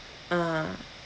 uh